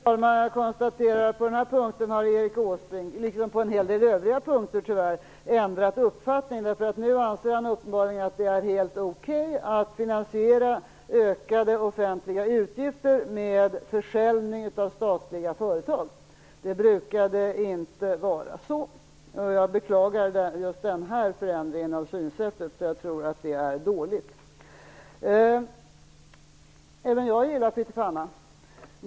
Fru talman! Jag konstaterar att Erik Åsbrink på den här punkten, liksom på en hel del övriga punkter, tyvärr har ändrat uppfattning. Nu anser han uppenbarligen att det är helt okej att finansiera ökade offentliga utgifter med försäljning av statliga företag. Det brukade inte vara så. Jag beklagar just den här förändringen av synsättet, för jag tror att det är dåligt. Även jag gillar pyttipanna.